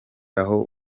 aho